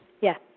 yes